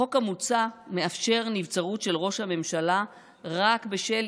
החוק המוצע מאפשר נבצרות של ראש הממשלה רק בשל